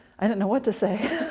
i didn't know what to say.